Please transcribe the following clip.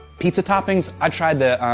pizza toppings, i'd try the,